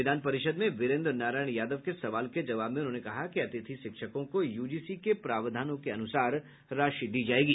विधान परिषद में वीरेन्द्र नारायण यादव के सवाल के जवाब में उन्होंने कहा कि अतिथि शिक्षकों को यूजीसी के प्रावधान के अनुसार राशि दी जायेगी